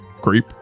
Creep